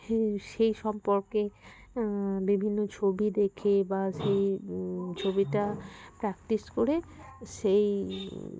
সেই সম্পর্কে বিভিন্ন ছবি দেখে বা সেই ছবিটা প্র্যাকটিস করে সেই